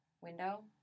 Window